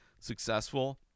successful